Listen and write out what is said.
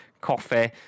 coffee